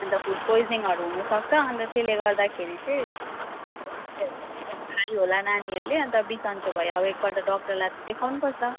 अन्त फुड पोइजनिङहरू हुनुसक्छ अन्त त्यसले गर्दाखेरि चाहिँ हरू किनेर खायो होला नानीहरूले अन्त बिसन्चो भयो अब एकपल्ट डक्टरलाई त देखाउनुपर्छ